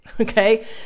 Okay